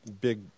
big